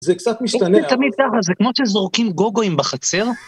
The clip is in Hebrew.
זה קצת משתנה. זה תמיד ככה, זה כמו שזורקים גוגו עם בחצר.